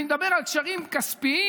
אני מדבר על קשרים כספיים.